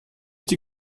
die